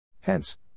Hence